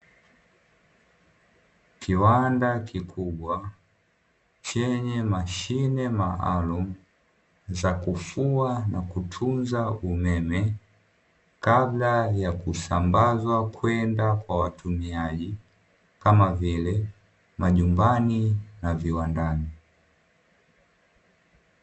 Kiwanda kikubwa chenye mashine maalumu za kufua na kutunza umeme, kabla ya kusambazwa kwenda kwa watumiaji kama vile majumbani na viwandani.